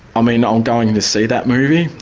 i mean i'm going to see that movie,